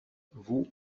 vous